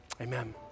Amen